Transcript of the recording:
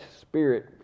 Spirit